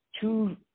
two –